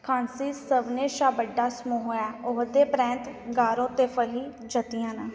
खांसी सभनें शा बड्डा समूह् ऐ ओह्दे परैंत्त गारो ते फ्ही जातियां न